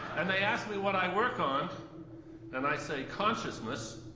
and they ask me what i work on and i say, consciousness,